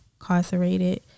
incarcerated